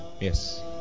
Yes